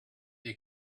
you